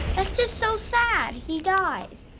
that's just so sad. he dies.